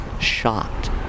shocked